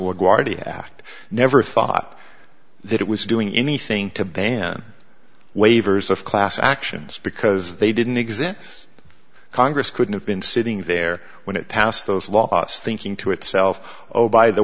laguardia act never thought that it was doing anything to ban waivers of class actions because they didn't exist congress couldn't have been sitting there when it passed those last thinking to itself oh by the